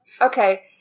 Okay